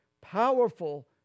powerful